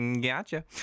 gotcha